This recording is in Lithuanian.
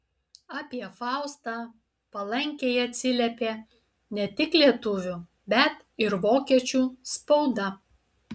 apie faustą palankiai atsiliepė ne tik lietuvių bet ir vokiečių spauda